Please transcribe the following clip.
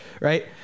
right